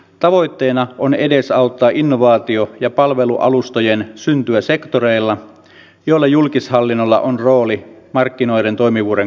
tavoitteena on edesauttaa innovaatio ja palvelualustojen syntyä sektoreilla joilla julkishallinnolla on rooli markkinoiden toimivuuden kannalta